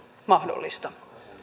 mahdollista